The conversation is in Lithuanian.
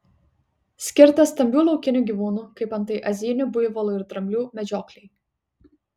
skirtas stambių laukinių gyvūnų kaip antai azijinių buivolų ir dramblių medžioklei